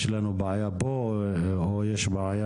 זה היה